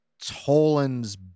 Tolans